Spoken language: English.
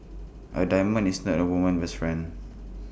A diamond is not A woman's best friend